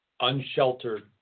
unsheltered